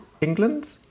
England